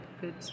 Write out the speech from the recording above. Good